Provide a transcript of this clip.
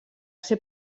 ser